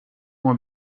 uma